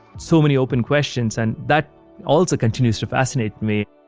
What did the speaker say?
so many open questions and that also continues to fascinate me.